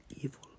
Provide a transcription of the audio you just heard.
evil